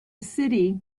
city